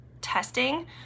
testing